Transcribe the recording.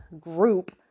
group